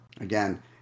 again